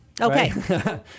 okay